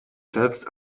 selbst